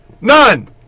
None